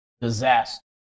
disaster